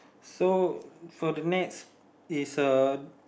so so the nets is a